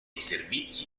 servizi